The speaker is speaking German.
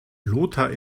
lothar